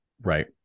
Right